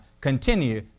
continue